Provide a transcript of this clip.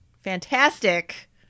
fantastic